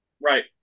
Right